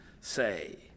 say